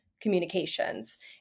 communications